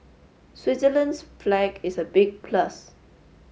Switzerland's flag is a big plus